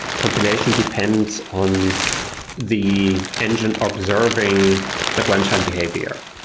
compilation depends on the engine or preserving the runtime behavior,